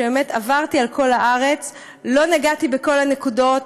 ובאמת עברתי על כל הארץ ולא נגעתי בכל הנקודות,